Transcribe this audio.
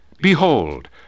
behold